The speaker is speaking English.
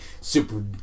super